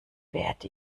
werde